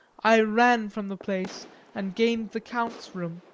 i ran from the place and gained the count's room,